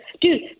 dude